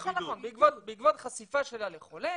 נכון, נכון, בעקבות חשיפה שלה לחולה